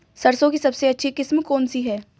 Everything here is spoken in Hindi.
सरसों की सबसे अच्छी किस्म कौन सी है?